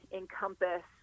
encompass